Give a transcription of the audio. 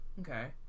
Okay